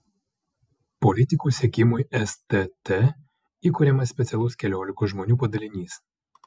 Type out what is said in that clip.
politikų sekimui stt įkuriamas specialus keliolikos žmonių padalinys